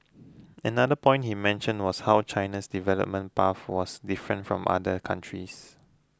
another point he mentioned was how China's development path was different from other countries